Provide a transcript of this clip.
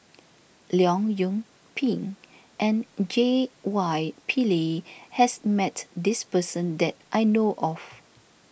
Leong Yoon Pin and J Y Pillay has met this person that I know of